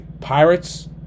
Pirates